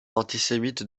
antisémite